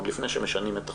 עוד לפני שמשנים את החוק.